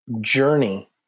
journey